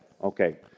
Okay